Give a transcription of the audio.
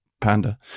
Panda